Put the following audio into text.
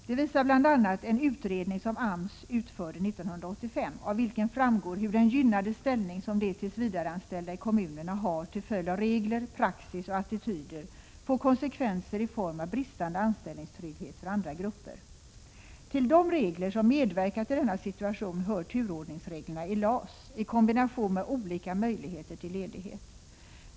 Det visar bl.a. en utredning som AMS utförde 1985, av vilken framgår hur den gynnade ställning som de tillsvidareanställda i kommunerna har till följd av regler, praxis och attityder får konsekvenser i form av bristande anställningstrygghet för andra grupper. Till de regler som medverkar till denna situation hör turordningsreglerna i LAS i kombination med olika möjligheter till ledighet.